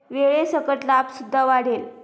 वेळेसकट लाभ सुद्धा वाढेल